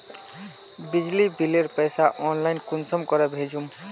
बिजली बिलेर पैसा ऑनलाइन कुंसम करे भेजुम?